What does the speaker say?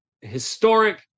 historic